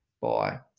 Bye